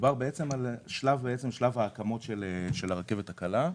מדובר על שלב ההקמה של הרכבת הקלה.